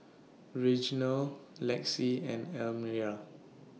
Reginald Lexi and Elmyra